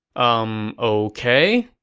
umm, ok.